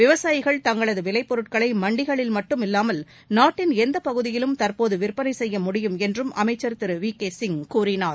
விவசாயிகள் தங்களது விலை பொருட்களை மண்டிகளில் மட்டும் இல்லாமல் நாட்டின் எந்த பகுதியிலும் தற்போது விற்பனை செய்ய முடியும் என்று அமைச்சர் திரு விகேசிய் கூறினார்